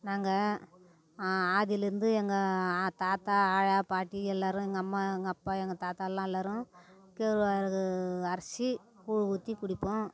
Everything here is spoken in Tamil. நாங்கள் ஆதியிலேருந்து எங்கள் தாத்தா ஆயா பாட்டி எல்லோரும் எங்கள் அம்மா எங்கள் அப்பா எங்கள் தாத்தா எல்லாம் எல்லோரும் கேழ்வரகு அரிசி கூழ் ஊற்றி குடிப்போம்